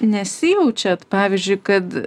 nesijaučiat pavyzdžiui kad